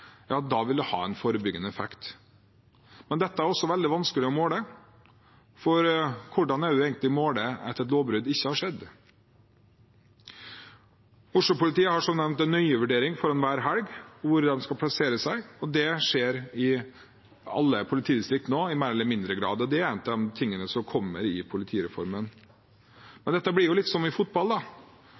hvordan måler man egentlig at et lovbrudd ikke har skjedd? Oslo-politiet har som nevnt en nøye vurdering foran hver helg av hvor de skal plassere seg, og det skjer nå i alle politidistrikter i større eller mindre grad, og det er en av de tingene som kommer i politireformen. Men dette blir jo litt som i fotball: Driver man med mannsmarkering av den utrolig gode playmakeren på motstanderlaget, da